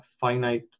finite